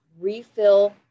refill